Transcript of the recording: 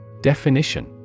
Definition